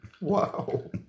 Wow